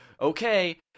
okay